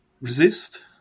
Resist